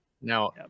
Now